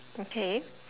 okay